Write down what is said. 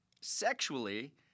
sexually